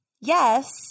Yes